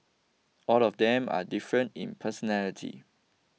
all of them are different in personality